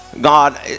god